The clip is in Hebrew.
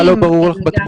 מה לא ברור לך בתמונה?